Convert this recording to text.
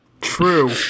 True